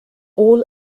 all